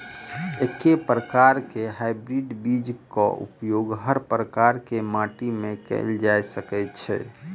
एके प्रकार केँ हाइब्रिड बीज केँ उपयोग हर प्रकार केँ माटि मे कैल जा सकय छै?